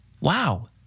wow